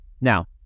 Now